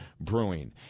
brewing